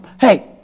hey